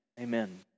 Amen